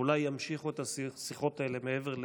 ואולי ימשיכו את השיחות האלה מעבר לשלישי,